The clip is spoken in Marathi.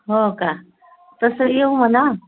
हो का तसं येऊ म्हणा